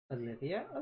Olivia